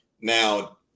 Now